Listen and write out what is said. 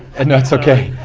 and that's ok.